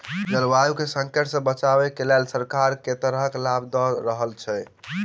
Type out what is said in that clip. जलवायु केँ संकट सऽ बचाबै केँ लेल सरकार केँ तरहक लाभ दऽ रहल छै?